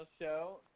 Show